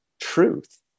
truth